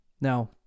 Now